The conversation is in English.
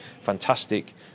fantastic